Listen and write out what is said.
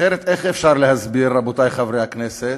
אחרת איך אפשר להסביר, רבותי חברי הכנסת,